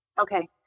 Okay